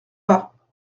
pas